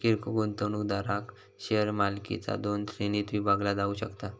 किरकोळ गुंतवणूकदारांक शेअर मालकीचा दोन श्रेणींत विभागला जाऊ शकता